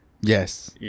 Yes